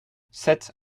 sept